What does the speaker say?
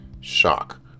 shock